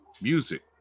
music